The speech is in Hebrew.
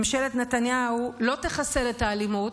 ממשלת נתניהו לא תחסל את האלימות,